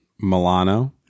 Milano